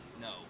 No